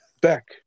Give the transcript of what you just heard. Back